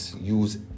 use